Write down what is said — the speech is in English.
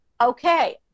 okay